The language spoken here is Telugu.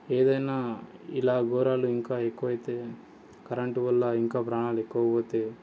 ఏదైనా ఇలా ఘోరాలు ఇంకా ఎక్కువైతే కరెంట్ వల్ల ఇంకా ప్రాణాలు ఎక్కువ పోతే